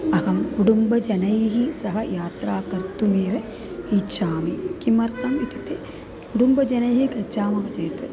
अहं कुडुम्बजनैः सह यात्रां कर्तुमेव इच्छामि किमर्थम् इत्युक्ते कुटुम्बजनैः गच्छामः चेत्